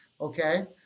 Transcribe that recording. okay